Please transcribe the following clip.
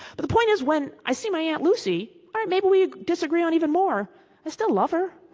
but the point is, when i see my aunt lucy all right, maybe we disagree on even more i still love her.